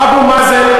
בחייך.